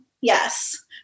Yes